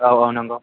औ औ नंगौ